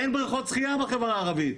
אין בריכות שחייה בחברה הערבית.